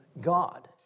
God